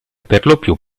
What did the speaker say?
perlopiù